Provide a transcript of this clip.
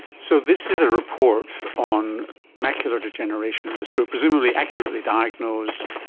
so this is a report on macular degeneration in this group, presumably accurately diagnosed,